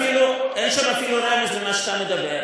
החינוך והבריאות, אין שם אפילו רמז למה שאתה מדבר.